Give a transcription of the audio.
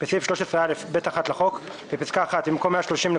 בסעיף 13א(ב1) לחוק, בפסקה (1), במקום "130.9%"